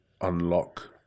unlock